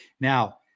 Now